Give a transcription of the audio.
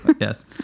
Yes